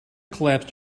collapsed